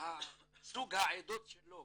סוג העדות שלו,